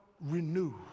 renew